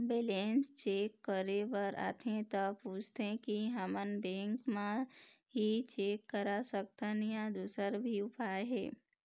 Balance check करे बर आथे ता पूछथें की हमन बैंक मा ही चेक करा सकथन या दुसर भी उपाय हे?